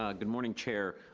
ah good morning, chair.